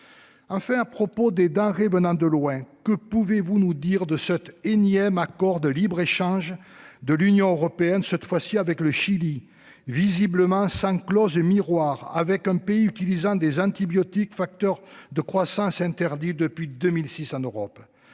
Enfin à propos des denrées Bonnin, de loin, que pouvez-vous nous dire de cet énième accord de libre-échange de l'Union européenne cette fois-ci avec le Chili visiblement 5 clauses miroirs avec un pays utilisant des antibiotiques facteurs de croissance. Interdit depuis 2006 en Europe.